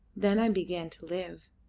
then i began to live.